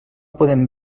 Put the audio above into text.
podem